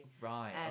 right